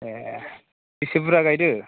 ए बेसे बुरजा गायदों